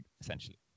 Essentially